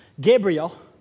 Gabriel